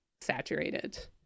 saturated